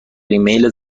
ریمیل